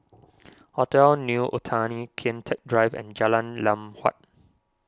Hotel New Otani Kian Teck Drive and Jalan Lam Huat